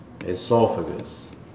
Esophagus